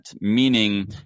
meaning